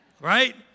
Right